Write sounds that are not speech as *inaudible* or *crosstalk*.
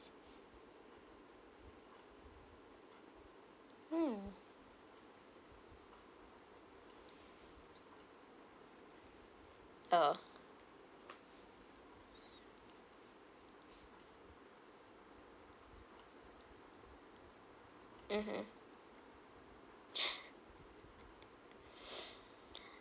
mm oh *breath* mmhmm *laughs* *breath*